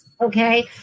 okay